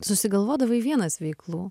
susigalvodavai vienas veiklų